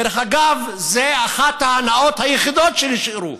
דרך אגב, זו אחת ההנאות היחידות שנשארו.